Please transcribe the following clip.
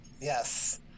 Yes